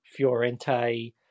Fiorente